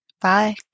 Bye